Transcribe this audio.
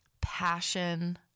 passion